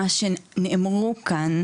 תיקח את מה שנאמרו כאן,